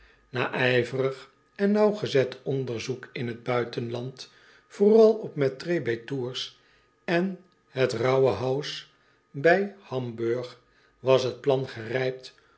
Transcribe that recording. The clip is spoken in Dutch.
ijverig en naauwgezet onderzoek in het buitenland vooral op m e t t r a y bij tours en het r a u h e h a u s bij hamburg was het plan gerijpt